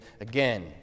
again